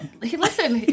listen